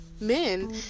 men